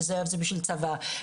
זה בשביל הצבא.